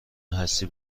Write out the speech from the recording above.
هستی